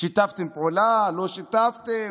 שיתפתם פעולה, לא שיתפתם,